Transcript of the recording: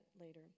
later